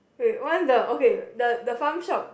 wait one the okay the the farm shop